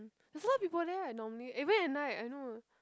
is a lot of people there right normally even at night I know